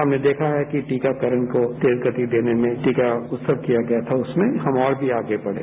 हमने देखा है कि टीकाकरण को तेज गति देने में टीका उत्सव किया गया था उसमें हम और भी आगे बढ़ें